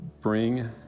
bring